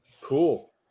cool